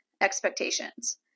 expectations